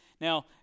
Now